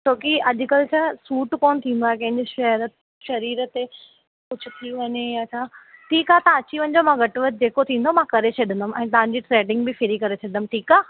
छोकि अॼुकल्हि छा सूट कोन्ह थींदो आहे कंहिंजो शेअर शरीर ते कुझु थी वञे या छा ठीकु आहे तव्हां अचा वञिजो मां घटि वधि जेको थींदो मां करे छॾंदमि ऐं तव्हांजी थ्रेडिंग बि फ्री करे छॾंदमि ठीकु आहे